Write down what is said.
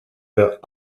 der